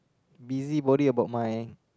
busybody about my